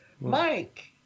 Mike